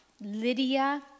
Lydia